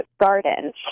Gardens